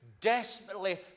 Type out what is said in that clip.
desperately